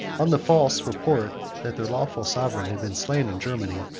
on the false report, that their lawful sovereign had been slain in germany,